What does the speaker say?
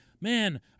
man